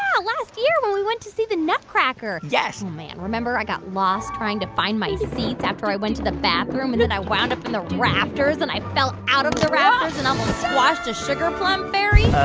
ah last year, when we went to see the nutcracker. yes oh, man. remember i got lost trying to find my seats after i went to the bathroom, and then i wound up in the rafters, and i fell out of the rafters and almost squashed a sugar plum fairy?